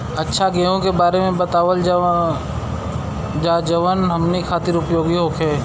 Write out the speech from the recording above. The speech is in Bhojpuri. अच्छा गेहूँ के बारे में बतावल जाजवन हमनी ख़ातिर उपयोगी होखे?